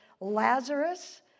Lazarus